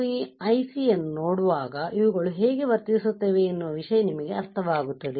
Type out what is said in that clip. ನೀವು IC ಯನ್ನು ನೋಡುವಾಗ ಇವುಗಳು ಹೇಗೆ ವರ್ತಿಸುತ್ತವೆ ಎನ್ನುವ ವಿಷಯ ನಿಮಗೆ ಅರ್ಥವಾಗುತ್ತದೆ